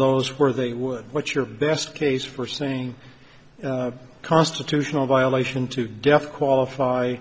those where they would what's your best case for saying constitutional violation to death qualify